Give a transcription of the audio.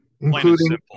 including